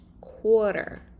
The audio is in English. quarter